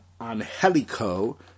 Angelico